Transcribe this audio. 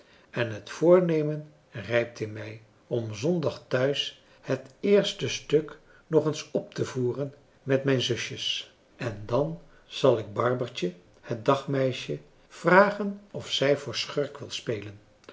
en het voornemen rijpt in mij om zondag thuis het eerste stuk nog eens op te voeren met mijn zusjes en dan zal ik barbertje het dagmeisje vragen of zij voor schurk wil spelen